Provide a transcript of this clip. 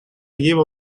lleva